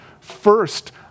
First